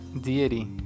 deity